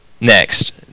next